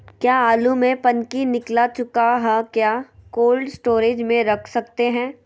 क्या आलु में पनकी निकला चुका हा क्या कोल्ड स्टोरेज में रख सकते हैं?